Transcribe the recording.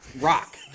Rock